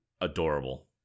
adorable